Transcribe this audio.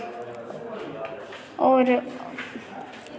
और